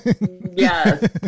Yes